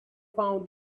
found